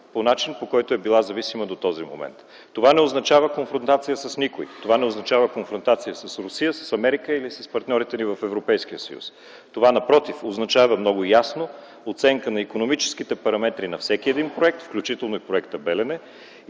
по начин, по който е била зависима до този момент. Това не означава конфронтация с никой. Това не означава конфронтация с Русия, с Америка или с партньорите ни в Европейския съюз. Напротив, това много ясно означава оценка на икономическите параметри на всеки един проект, включително и проекта „Белене”,